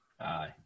Aye